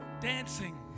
dancing